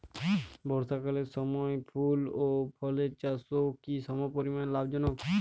বর্ষাকালের সময় ফুল ও ফলের চাষও কি সমপরিমাণ লাভজনক?